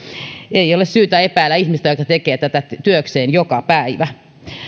ei ole syytä epäillä ihmistä joka tekee tätä työkseen joka päivä